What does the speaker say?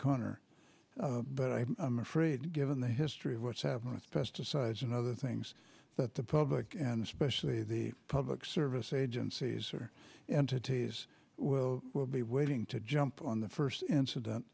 corner but i'm afraid given the history of what's happening with pesticides and other things that the public and especially the public service agencies are entities will be waiting to jump on the first incident